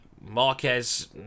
Marquez